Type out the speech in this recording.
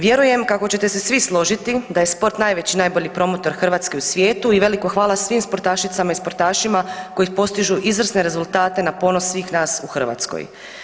Vjerujem kako ćete se svi složiti da je sport najveći i najbolji promotor Hrvatske u svijetu i veliko hvala svim sportašicama i sportašima koji postižu izvrsne rezultate na ponos svih nas u Hrvatskoj.